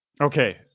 Okay